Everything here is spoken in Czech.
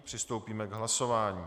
Přistoupíme k hlasování.